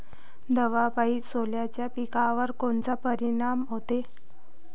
दवापायी सोल्याच्या पिकावर कोनचा परिनाम व्हते?